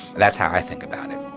that's how i think about it